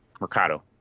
Mercado